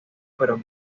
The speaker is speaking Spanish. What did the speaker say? pero